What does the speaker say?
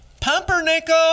Pumpernickel